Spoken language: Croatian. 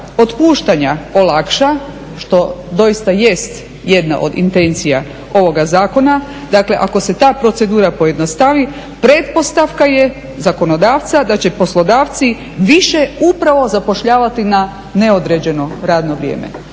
otpuštanja olakša što doista jest jedna od intencija ovoga zakona, dakle ako se ta procedura pojednostavi pretpostavka je zakonodavca da će poslodavci više upravo zapošljavati na neodređeno radno vrijeme,